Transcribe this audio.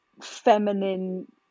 Feminine